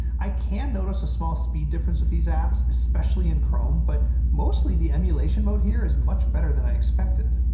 i can notice a small speed difference with these apps, especially in chrome, but mostly the emulation mode here, is much better than i expected!